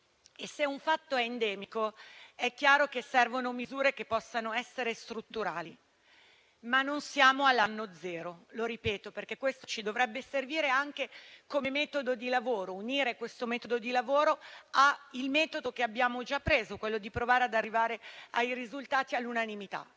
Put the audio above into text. Se un fatto è endemico chiaramente servono misure che possano essere strutturali. Ma non siamo all'anno zero, lo ripeto, perché questo ci dovrebbe servire anche come metodo di lavoro, da unire a quello che abbiamo già intrapreso, ossia provare ad arrivare ai risultati all'unanimità.